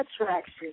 attraction